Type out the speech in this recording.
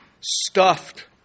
stuffed